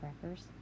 crackers